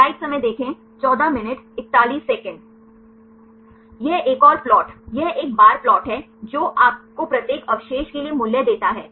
यह एक और प्लॉट यह एक बार प्लॉट है जो आपको प्रत्येक अवशेष के लिए मूल्य देता है